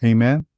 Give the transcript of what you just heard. Amen